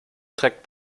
trägt